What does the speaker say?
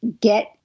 get